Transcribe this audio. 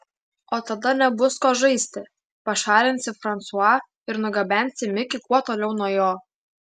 o tada nebus ko žaisti pašalinsi fransua ir nugabensi mikį kuo toliau nuo jo